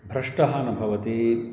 भ्रष्टः न भवति